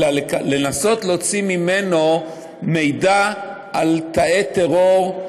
אלא לנסות להוציא ממנו מידע על תאי טרור,